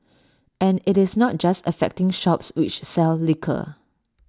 and IT is not just affecting shops which sell liquor